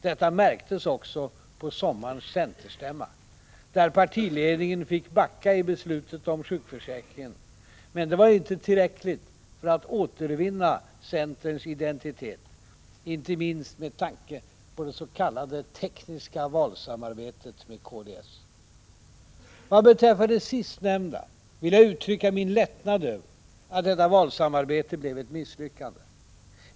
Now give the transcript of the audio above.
Detta märktes också på sommarens centerstämma, där partiledningen fick backa vid beslutet om sjukförsäkringen. Men det var inte tillräckligt för att centern skulle återvinna sin identitet — inte minst med tanke på det s.k. tekniska valsamarbetet med kds. Vad beträffar det sistnämnda vill jag uttrycka min lättnad över att detta valsamarbete blev ett misslyckande.